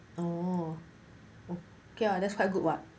oh ya okay ah that's quite good [what]